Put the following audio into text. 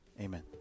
Amen